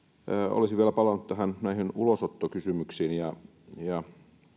olisin vielä palannut näihin ulosottokysymyksiin ja ja